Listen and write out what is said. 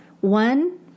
One